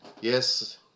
Yes